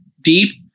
deep